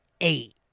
eight